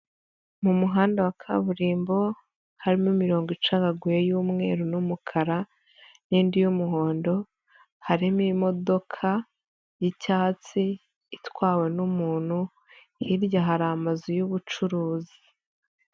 Mu muhanda wa kaburimbo harimo imirongo icagaguye y'umweru n'umukara n'indi y'umuhondo, harimo imodoka y'icyatsi itwawe n'umuntu, hirya hari amazu y'ubucuruzi.